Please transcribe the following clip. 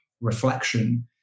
reflection